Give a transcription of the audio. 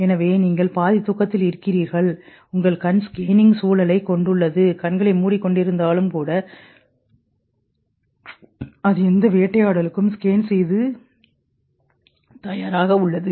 எனவே நீங்கள் பாதி தூக்கத்தில் இருக்கிறீர்கள் உங்கள் கண் ஸ்கேனிங் சூழலைக் கொண்டுள்ளது கண்களை மூடிக்கொண்டிருந்தாலும் கூட அது எந்த வேட்டையாடலுக்கும் ஸ்கேன் செய்து தயாராக உள்ளது